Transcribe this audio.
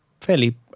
fairly